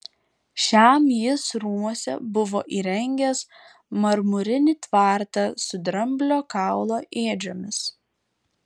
šiam jis rūmuose buvo įrengęs marmurinį tvartą su dramblio kaulo ėdžiomis